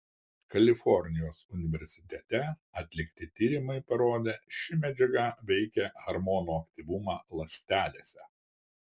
kalifornijos universitete atlikti tyrimai parodė ši medžiaga veikia hormonų aktyvumą ląstelėse